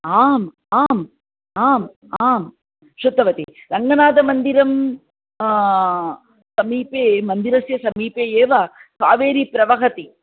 आम् आम् आम् आं श्रुतवती रङ्गनाथमन्दिरं समीपे मन्दिरस्य समीपे एव कावेरी प्रवहति